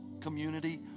community